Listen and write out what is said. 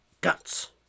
guts